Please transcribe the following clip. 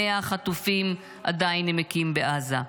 100 חטופים עדיין נמקים בעזה.